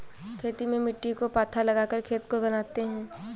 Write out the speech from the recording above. खेती में मिट्टी को पाथा लगाकर खेत को बनाते हैं?